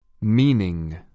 Meaning